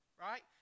Right